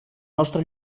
nostre